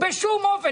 בשום אופן.